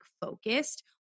focused